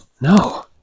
no